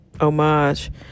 homage